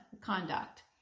conduct